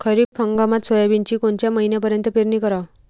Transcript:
खरीप हंगामात सोयाबीनची कोनच्या महिन्यापर्यंत पेरनी कराव?